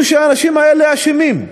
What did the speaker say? הוא אומר שהאנשים האלה אשמים.